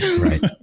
Right